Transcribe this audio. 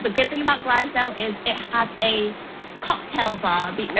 but good thing about grizedale is it has a cocktail bar the